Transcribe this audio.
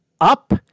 up